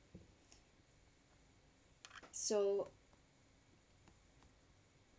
so